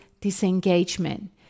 disengagement